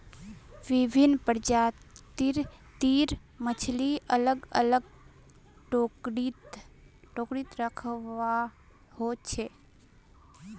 विभिन्न प्रजाति तीर मछली अलग अलग टोकरी त रखवा हो छे